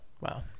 Wow